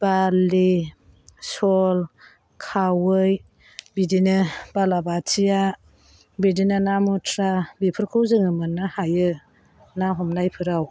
बारलि सल खावै बिदिनो बालाबाथिया बिदिनो ना मुथ्रा बेफोरखौ जोङो मोन्नो हायो ना हमनायफोराव